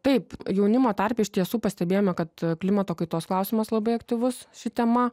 taip jaunimo tarpe iš tiesų pastebėjome kad klimato kaitos klausimas labai aktyvus ši tema